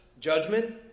judgment